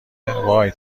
وای